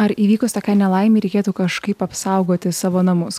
ar įvykus tokiai nelaimei reikėtų kažkaip apsaugoti savo namus